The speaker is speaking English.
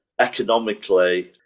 economically